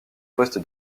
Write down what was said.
poste